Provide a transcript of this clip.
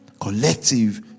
Collective